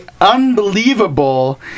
unbelievable